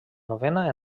novena